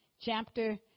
Chapter